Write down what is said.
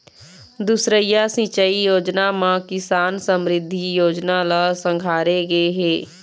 दुसरइया सिंचई योजना म किसान समरिद्धि योजना ल संघारे गे हे